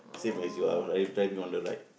same as you are dri~ driving on the right